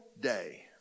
day